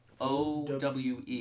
OWE